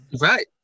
Right